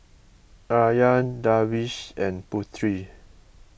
Aryan Darwish and Putri